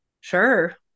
Sure